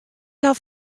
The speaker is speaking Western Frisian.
haw